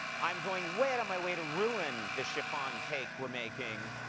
i'm going way out of my way to ruin the chiffon cake we're making.